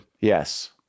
Yes